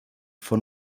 von